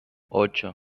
ocho